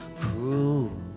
cruel